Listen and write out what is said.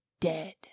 dead